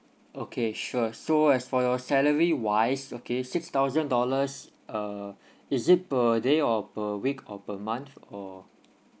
okay sure so as for your salary wise okay six thousand dollars uh is it per day or per week or per month or